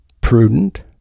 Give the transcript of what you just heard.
prudent